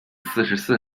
四十四